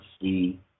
see